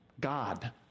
God